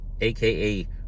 aka